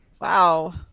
Wow